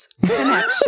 connection